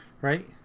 Right